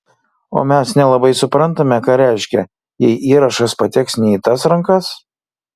o mes nelabai suprantame ką reiškia jei įrašas pateks ne į tas rankas